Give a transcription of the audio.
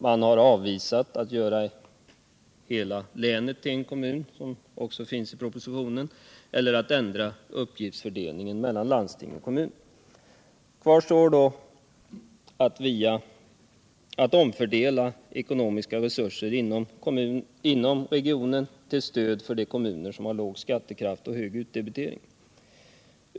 Man har avvisat tanken att göra hela länet till en kommun — en tanke som finns i propositionen — eller att ändra uppgiftsfördelningen mellan landsting och kommun. Kvar står då att omfördela ekonomiska resurser inom regionen till stöd för de kommuner som har låg skattekraft och hög utdebitering.